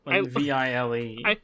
V-I-L-E